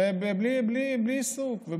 ובלי עיסוק.